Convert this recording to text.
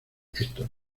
estos